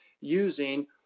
using